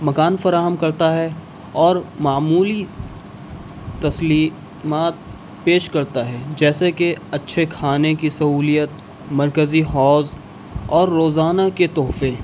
مکان فراہم کرتا ہے اور معمولی تسلیمات پیش کرتا ہے جیسے کہ اچھے کھانے کی سہولیت مرکزی حوض اور روزانہ کے تحفے